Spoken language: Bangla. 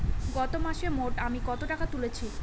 গত মাসে মোট আমি কত টাকা তুলেছি?